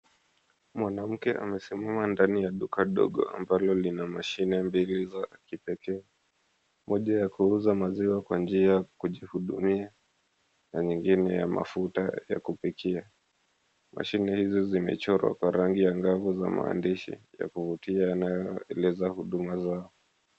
Mwanamke amesimama ndani ya duka dogo ambalo lina mashine mbili za kipekee. Moja ya kuuza maziwa kwa njia ya kujihudumia, na nyingine ya mafuta ya kupikia. Mashine hizo zimechorwa kwa rangi angavu za maandishi ya kuvutia yanayoeleza huduma zao.